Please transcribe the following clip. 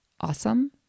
Awesome